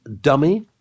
dummy